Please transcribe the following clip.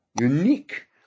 unique